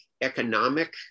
economic